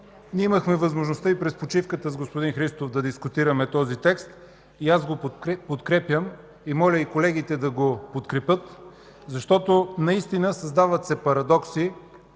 Имахме възможността и през почивката с господин Христов да дискутираме този текст и аз го подкрепям и моля и колегите да го подкрепят, защото наистина се създават парадокси.